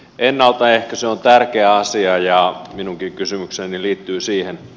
ennaltaehkäisy on tärkeä asia ja minunkin kysymykseni liittyy siihen